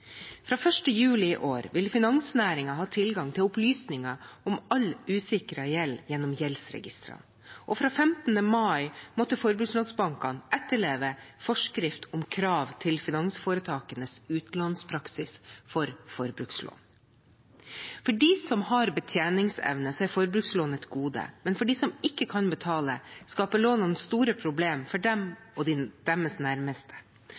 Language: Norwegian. Fra 1. juli i år vil finansnæringen gjennom gjeldsregistrene ha tilgang til opplysninger om all usikret gjeld, og fra 15. mai måtte forbrukslånsbankene etterleve forskrift om krav til finansforetakenes utlånspraksis for forbrukslån. For dem som har betjeningsevne, er forbrukslån et gode, men for dem som ikke kan betale, skaper lånene store problemer for dem og deres nærmeste.